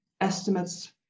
estimates